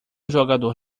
jogador